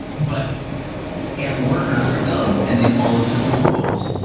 but ant workers are dumb and they follow simple rules.